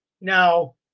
Now